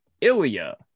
Ilya